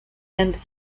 and